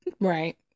right